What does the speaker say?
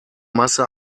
masse